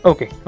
Okay